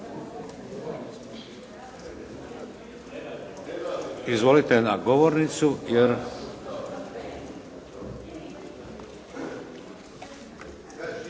Izvolite na govornicu jer